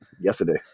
yesterday